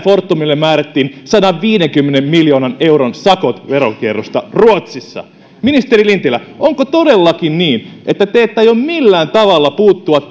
fortumille määrättiin sadanviidenkymmenen miljoonan euron sakot veronkierrosta ruotsissa ministeri lintilä onko todellakin niin että te ette aio millään tavalla puuttua